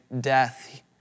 death